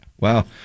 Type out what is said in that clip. Wow